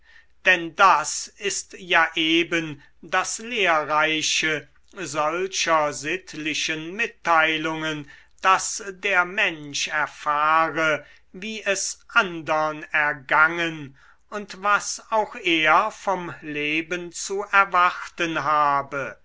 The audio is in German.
denn das ist ja eben das lehrreiche solcher sittlichen mitteilungen daß der mensch erfahre wie es andern ergangen und was auch er vom leben zu erwarten habe